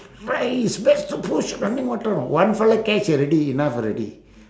raise back to push running water know one fellow catch already enough already